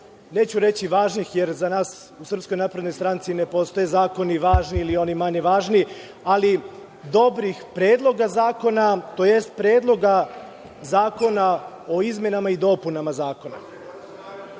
neću reći važnih, jer za nas u SNS ne postoje zakoni važni ili oni manje važni, ali dobrih predloga zakona, tj. predloga zakona o izmenama i dopunama